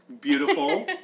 Beautiful